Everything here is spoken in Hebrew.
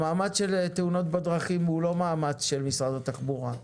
המאמץ של תאונות בדרכים הוא לא מאמץ של משרד התחבורה,